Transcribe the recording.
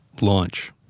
Launch